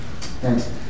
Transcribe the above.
Thanks